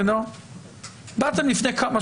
זו מדיניות